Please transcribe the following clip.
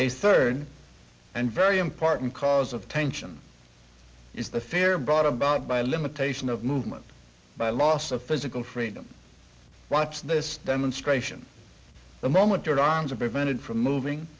a third and very important cause of tension is the fear brought about by limitation of movement by loss of physical freedom watch this demonstration the moment your arms are prevented from moving